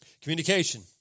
Communication